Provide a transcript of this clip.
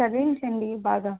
చదివించండి బాగా